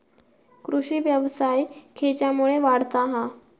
कृषीव्यवसाय खेच्यामुळे वाढता हा?